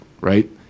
right